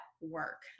work